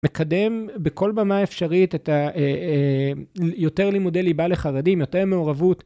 מקדם בכל במה האפשרית יותר לימודי ליבה לחרדים יותר מעורבות